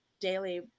daily